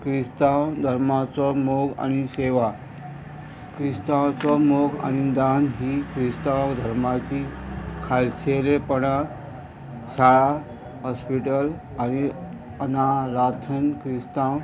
क्रिस्तांव धर्माचो मोग आनी सेवा क्रिस्तांवचो मोग आनी दान ही क्रिस्तांव धर्माची खालसेलेपणां शाळा हॉस्पिटल आनी अनाराथन क्रिस्तांव